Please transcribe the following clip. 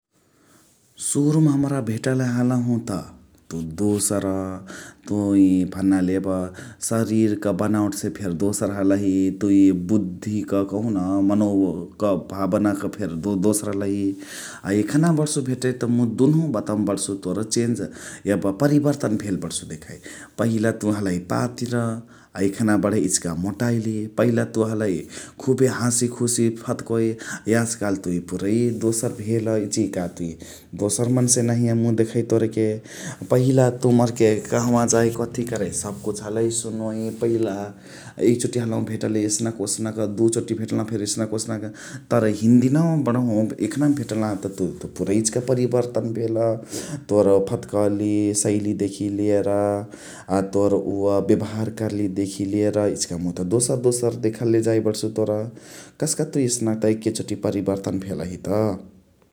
सुरुमा हमरा भेटले हलहु त तुइ दोसर । तुइ भन्नाले एब सरिरक बनावटसे फेरी दोसर हलही तुइ बुध्धिक कहुन अ मनोक भाबना फेरी दोसर हलही । अ एखना बणसु भेटै त मुइ दुनुहु बतवमा बण्सु चेन्ज अ परिवर्तन भेल बणसु देखइ । पहिला तुइ हलही पातिर अ एखन बणही इचिका मोटाइली । पहिले तुइ हलही खुबे हासी खुशी फदकइ याजु कालु तुइ पुरै दोसर भेल इचिका तुइ दोसर मन्से नहिया देखै मुइ तोरके । पहिला तुइ मोरके कहवा जाइ कथी करइ सबकुछ हलही सुनोइ। पहिला एक चोटी हलहु भेटले ओसनक दुइ चोटी भेटलाहु फेरी एसनक ओसनक तर हिन्दिनवा बणहु एखना भेटलाहु तु त पुरै इचिका परिवर्तन भेल । तोर फदकली साइली देखी लिएर अ तोर उअ बेबहार कर्ली देखी लिएर इचिका मुइ दोसर दोसर देखले जाइ बणसु तोर । कस्का तुइ एके चोटी परिवर्तन भेलही त ।